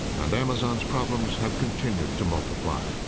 and amazon's problems have continued to multiply.